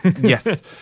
yes